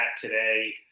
today